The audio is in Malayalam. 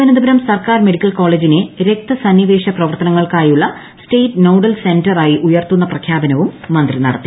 തിരുവനന്തപുരം സർക്കാർ മെഡിക്കൽ കോളേജിനെ രക്ത്യസ്ന്നിവേശ പ്രവർത്തനങ്ങൾക്കായുള്ള സ്റ്റേറ്റ് ന്റേട്ട്ഡ്ൽ സെന്റർ ആയി ഉയർത്തുന്ന പ്രഖ്യാപനവും മന്ത്രി നട്ടത്തി